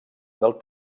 del